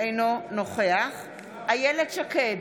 אינו נוכח אילת שקד,